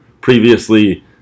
previously